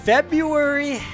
February